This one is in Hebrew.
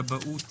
כבאות,